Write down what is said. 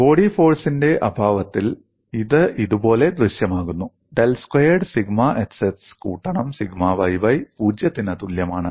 body ഫോഴ്സിന്റെ അഭാവത്തിൽ ഇത് ഇതുപോലെ ദൃശ്യമാകുന്നു ഡെൽ സ്ക്വയേർഡ് സിഗ്മ xx കൂട്ടണം സിഗ്മ yy 0 ത്തിന് തുല്യമാണ്